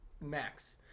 max